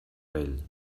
vell